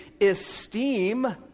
Esteem